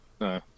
No